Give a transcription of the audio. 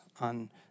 on